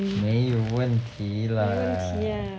没有问题 lah